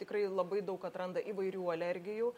tikrai labai daug atranda įvairių alergijų